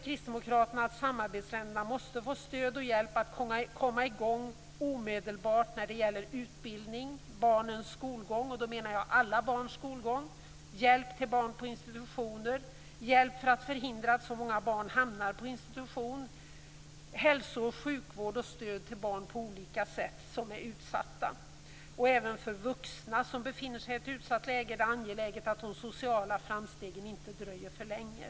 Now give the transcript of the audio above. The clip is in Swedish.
Kristdemokraterna anser att samarbetsländerna måste få stöd och hjälp att komma i gång omedelbart i fråga om utbildning, alla barns skolgång, hjälp till barn på institutioner, hjälp för att förhindra att så många barn hamnar på institution, hälso och sjukvård och stöd till barn som är utsatta. Även för vuxna som befinner sig i ett utsatt läge är det angeläget att de sociala framstegen inte dröjer för länge.